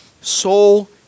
soul